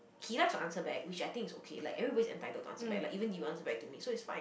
he likes to answer back which I think it's okay like everybody is entitled to answer back even you answer back to me so it's fine